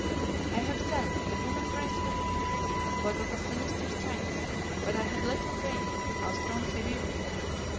i have said that the woman braithwaite was of a sinister strength but i had little dreamt how strong she really was.